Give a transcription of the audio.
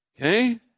Okay